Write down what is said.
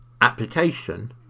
application